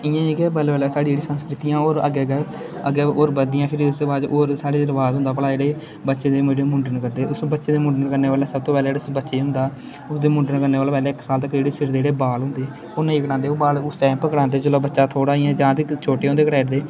इ'यां जेह्के पैह्लें पैह्लें साढ़ी जेह्ड़ी संस्कृतियां ओह् होर अग्गें अग्गें होर बधदियां फिर उसदे बाद होर साढ़े रबाज होंदा भला एकड़े बच्चे दे मुंडन करदे उस बच्चे दे मुंडन करने बेल्लै सब्भ तो पैह्लें जेह्ड़े उस बच्चे गी होंदा उसदे मुंडन करने कोला पैह्लें इक साल तक्क जेह्ड़े सिर दे जेह्ड़े बाल होंदे ओह् नेईं कटांदे ओह् बाल उस टाइम उप्पर कटांदे जिसलै ओह् बच्चा थोह्ड़ा इ'यां जां ते छोटे होंदे कटाई ओड़दे